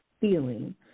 feeling